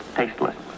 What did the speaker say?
tasteless